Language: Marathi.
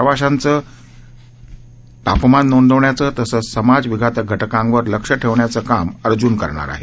प्रवाशांचं तापमान नोंदवण्याचं तसंच समाजविघातक घटकांवर लक्ष ठेवण्याचं काम अर्ज्न करणार आहे